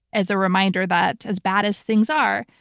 as a reminder that as bad as things are,